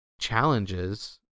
challenges